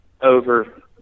over